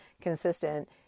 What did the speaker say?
consistent